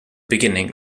beginning